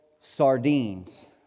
Sardines